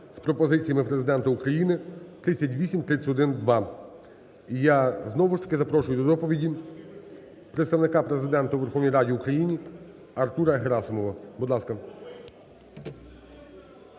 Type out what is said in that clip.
з пропозиціями Президента України 3831-2. Я знову ж таки запрошую до доповіді Представника Президента у Верховній Раді України Артура Герасимова, будь ласка.